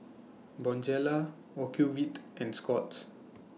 Bonjela Ocuvite and Scott's